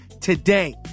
today